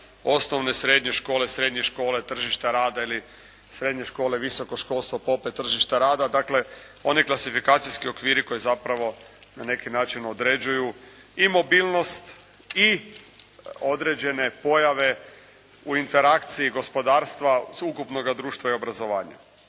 osnovne, srednje škole, tržišta rada ili srednje škole, visoko školstvo pa opet tržište rada. Dakle oni klasifikacijski okviri koji zapravo na neki način određuju i mobilnost i određene pojave u interakciji gospodarstva sveukupnoga društva i obrazovanja.